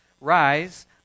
Rise